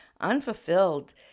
unfulfilled